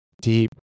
deep